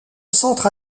centre